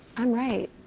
i'm right.